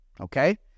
okay